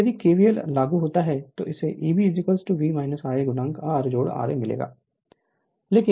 और यदि केवीएल लागू होता है तो इसेI Eb V Ia R ra मिलेगा